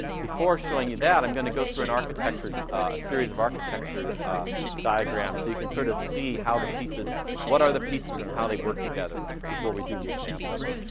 before showing you that, i'm gonna go through and a series of architecture diagrams so you can sort of see how the pieces what are the pieces and how they work together before we do the examples.